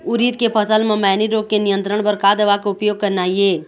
उरीद के फसल म मैनी रोग के नियंत्रण बर का दवा के उपयोग करना ये?